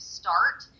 start